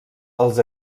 els